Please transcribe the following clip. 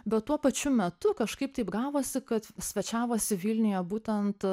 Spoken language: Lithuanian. bet tuo pačiu metu kažkaip taip gavosi kad svečiavosi vilniuje būtent